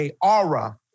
aura